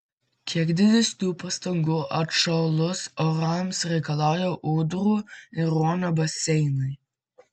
kiek didesnių pastangų atšalus orams reikalauja ūdrų ir ruonio baseinai